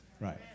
right